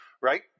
Right